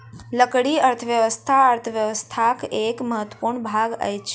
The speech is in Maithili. लकड़ी अर्थव्यवस्था अर्थव्यवस्थाक एक महत्वपूर्ण भाग अछि